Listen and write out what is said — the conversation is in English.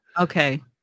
Okay